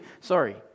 sorry